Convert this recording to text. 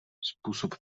způsob